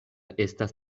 estas